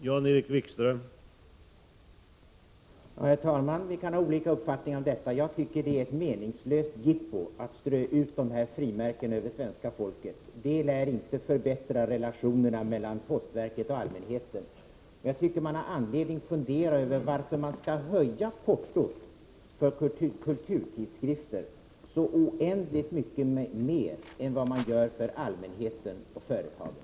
Herr talman! Vi kan ha olika uppfattning om detta. Jag tycker att det är ett meningslöst jippo att strö ut dessa frimärken över svenska folket. Det lär inte förbättra relationerna mellan postverket och allmänheten. Och jag tycker att vi har anledning att fundera över varför man skall höja portot för kulturtidskrifter så oändligt mycket mer än man höjer när det gäller allmänheten och företagen.